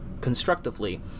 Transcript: constructively